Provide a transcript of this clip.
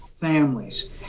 families